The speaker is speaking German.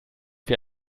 wir